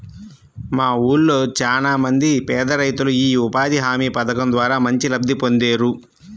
మా ఊళ్ళో చానా మంది పేదరైతులు యీ ఉపాధి హామీ పథకం ద్వారా మంచి లబ్ధి పొందేరు